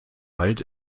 wald